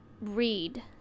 read